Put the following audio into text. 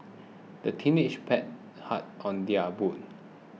the teenagers paddled hard on their boat